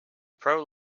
pro